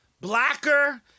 Blacker